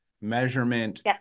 Measurement